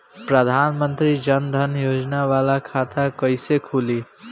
प्रधान मंत्री जन धन योजना वाला खाता कईसे खुली?